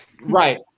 right